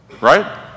right